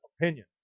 opinion